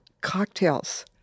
cocktails